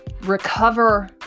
recover